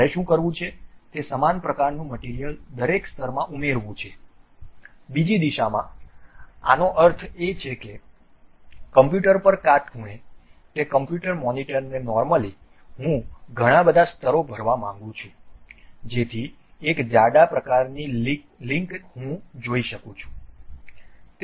મારે શું કરવું છે તે સમાન પ્રકારનું મટીરીયલ દરેક સ્તરમાં ઉમેરવું છે બીજી દિશામાં એનો અર્થ એ કે કમ્પ્યુટર પર કાટખૂણે તે કમ્પ્યુટર મોનિટરને નોર્મલી હું ઘણા બધા સ્તરો ભરવા માંગુ છું જેથી એક જાડા પ્રકારની લિંક હું જોઉં શકું